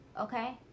okay